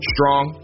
Strong